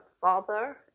father